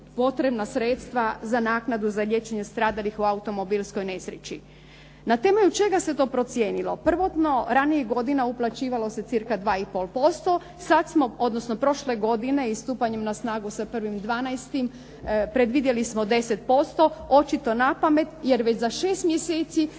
potrebna sredstva za naknadu za liječenje stradalih u automobilskoj nesreći. Na temelju čega se to procijenilo? Prvotno ranijih godina uplaćivalo se cca 2,5%, odnosno prošle godine i stupanjem na snagu sa 1. 12. predvidjeli smo 10%, očito napamet, jer je već za 6 mjeseci